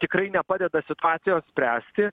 tikrai nepadeda situacijos spręsti